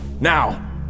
Now